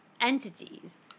entities